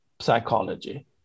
psychology